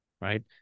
right